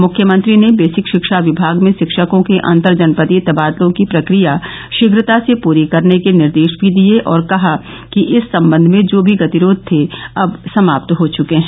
मुख्यमंत्री ने बेसिक शिक्षा विभाग में शिक्षकों के अंतर जनपदीय तबादलों की प्रक्रिया शीघ्रता से पूरी करने के निर्देश भी दिए और कहा कि इस संबंध में जो भी गतिरोध थे अब समाप्त हो चुके हैं